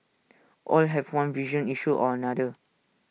all have one vision issue or another